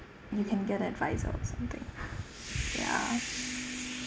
you can get advice or something ya